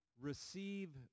receive